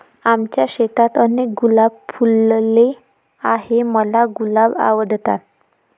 आमच्या शेतात अनेक गुलाब फुलले आहे, मला गुलाब आवडतात